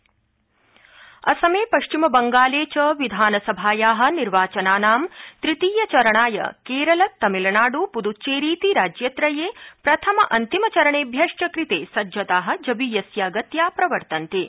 निर्वाचनम् असमे पश्चिम बंगाले च विधानसभाया निर्वाचनानां तृतीय चरणाय केरल तमिलनाडु पुद्च्चेरीति राज्यत्रये प्रथमअंतिम चरणेभ्यश्च कृते सज्जता जवीयस्या गत्या प्रवर्तन्ते